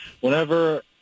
whenever